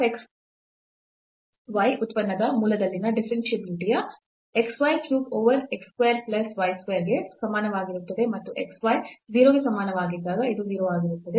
f xy ಉತ್ಪನ್ನದ ಮೂಲದಲ್ಲಿನ differentiability ಯು xy cube over x square plus y square ಗೆ ಸಮಾನವಾಗಿರುತ್ತದೆ ಮತ್ತು xy 0 ಗೆ ಸಮಾನವಾಗಿದ್ದಾಗ ಇದು 0 ಆಗಿರುತ್ತದೆ